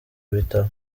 bitaro